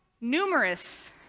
numerous